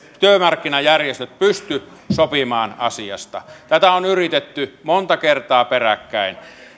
työmarkkinajärjestöt pysty sopimaan asiasta tätä on yritetty monta kertaa peräkkäin